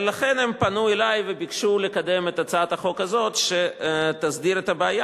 לכן הם פנו אלי וביקשו לקדם את הצעת החוק הזאת שתסדיר את הבעיה